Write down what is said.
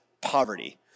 poverty